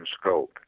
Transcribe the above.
scope